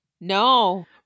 no